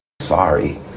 sorry